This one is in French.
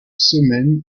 semaine